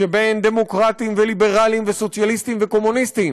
בין דמוקרטים וליברלים וסוציאליסטים וקומוניסטים,